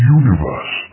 universe